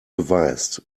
beweist